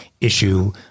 issue